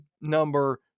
number